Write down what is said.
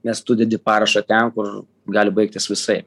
nes tu dedi parašą ten kur gali baigtis visaip